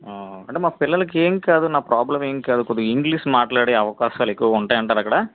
అంటే మా పిల్లలకి ఏం కాదు నా ప్రాబ్లం ఏం కాదు కొద్దిగా ఇంగ్లీష్ మాట్లాడే అవకాశాలు ఎక్కువగా ఉంటాయా అంటారా అక్కడ